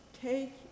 take